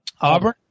Auburn